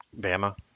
Bama